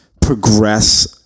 progress